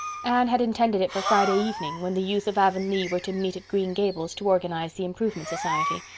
anne had intended it for friday evening, when the youth of avonlea were to meet at green gables to organize the improvement society.